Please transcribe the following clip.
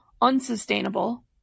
unsustainable